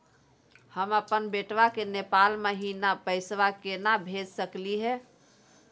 हम अपन बेटवा के नेपाल महिना पैसवा केना भेज सकली हे?